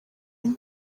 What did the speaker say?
ine